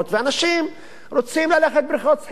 ואנשים רוצים ללכת לבריכות שחייה.